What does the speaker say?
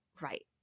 right